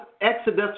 Exodus